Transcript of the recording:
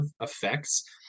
effects